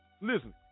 listen